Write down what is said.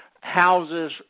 houses